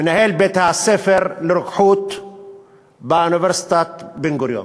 מנהל בית-הספר לרוקחות באוניברסיטת בן-גוריון.